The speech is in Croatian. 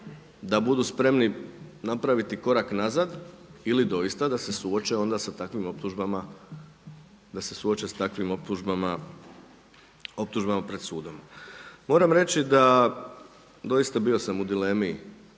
da budu spremni napraviti korak nazad ili doista da se suoče onda sa takvim optužbama pred sudom. Moram reći da doista bio sam u dilemi